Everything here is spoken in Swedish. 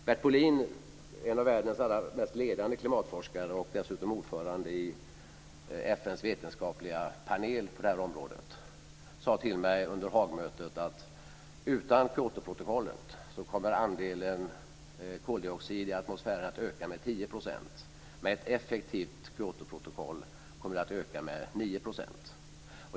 Bert Bolin, en av världens mest ledande klimatforskare och dessutom ordförande i FN:s vetenskapliga panel på området, sade till mig under Haagmötet att utan Kyotoprotokollet kommer andelen koldioxid i atmosfären att öka med 10 %, med ett effektivt Kyotoprotokoll kommer den att öka med 9 %.